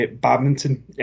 badminton